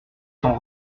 sont